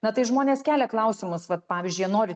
na tai žmonės kelia klausimus vat pavyzdžiui jie nori